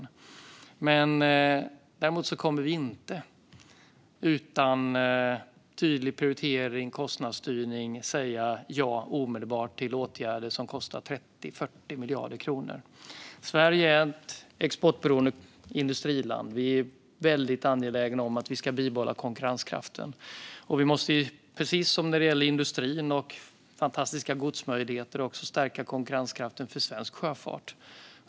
Vi kommer däremot inte att utan tydlig prioritering och kostnadsstyrning säga ja omedelbart till åtgärder som kostar 30-40 miljarder kronor. Sverige är ett exportberoende industriland. Vi är väldigt angelägna om att vi ska bibehålla konkurrenskraften. Vi måste, precis som när det gäller industrin och de fantastiska godsmöjligheterna, stärka konkurrenskraften för svensk sjöfart.